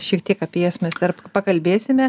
šiek tiek apie jas mes dar pakalbėsime